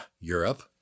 Europe